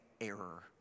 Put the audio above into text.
error